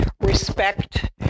respect